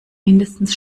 mindestens